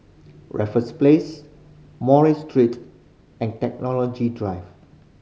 Raffles Place Murray Street and Technology Drive